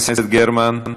גרמן.